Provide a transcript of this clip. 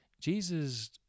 Jesus